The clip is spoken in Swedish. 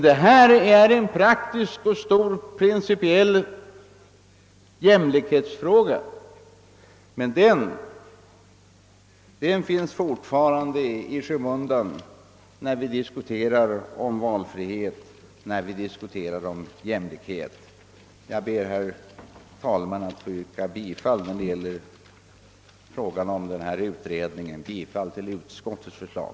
Detta är en praktisk och stor principiell jämlikhetsfråga, men den finns fortfarande i skymundan när vi diskuterar om valfrihet och när vi diskuterar om jämlikhet. Jag ber, herr talman, att i fråga om utredningen få yrka bifall till utskottets förslag.